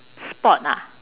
sport ah